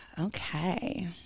Okay